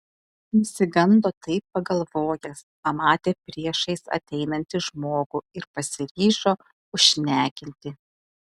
nusigando taip pagalvojęs pamatė priešais ateinanti žmogų ir pasiryžo užšnekinti